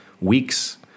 weeks